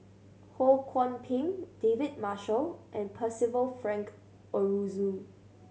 Ho Kwon Ping David Marshall and Percival Frank Aroozoo